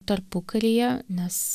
tarpukaryje nes